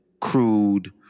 crude